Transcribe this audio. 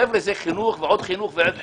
חבר'ה, זה חינוך ועוד חינוך ועוד חינוך.